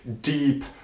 deep